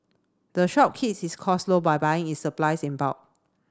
the shop keeps its costs low by buying its supply in bulk